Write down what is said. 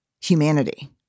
humanity